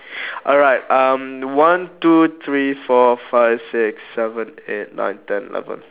alright um one two three four five six seven eight nine ten eleven